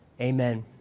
amen